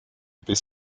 bis